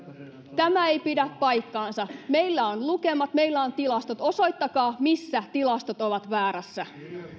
tämä ei pidä paikkaansa meillä on lukemat meillä on tilastot osoittakaa missä tilastot ovat väärässä